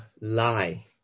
lie